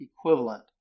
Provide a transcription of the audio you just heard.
equivalent